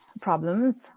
problems